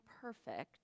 perfect